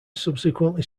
subsequently